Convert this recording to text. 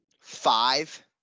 Five